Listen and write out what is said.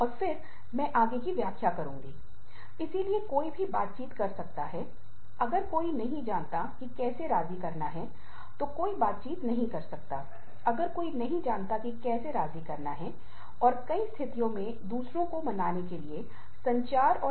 यह स्वयंसेवा में गतिविधि हो सकती है यह परिवारों में गतिविधि हो सकती है और यह रिश्तेदारों के साथ गतिविधि या रिश्तेदारों के साथ रिश्तेदारी या दोस्तों के साथ बातचीत हो सकती है